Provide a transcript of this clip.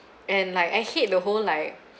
and like I hate the whole like